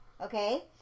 Okay